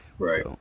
Right